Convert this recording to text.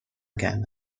کرده